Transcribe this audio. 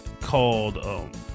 called